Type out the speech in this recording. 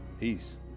Peace